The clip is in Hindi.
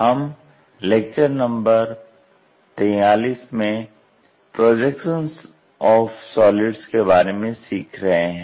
हम लेक्चर नंबर 43 में प्रोजेक्शन ऑफ़ सॉलिड्स के बारे में सीख रहे हैं